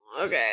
Okay